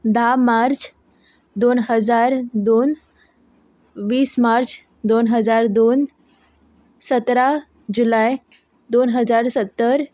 धा मार्च दोन हजार दोन वीस मार्च दोन हजार दोन सतरा जुलय दोन हजार सत्तर